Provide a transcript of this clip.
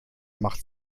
mach